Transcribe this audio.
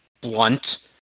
blunt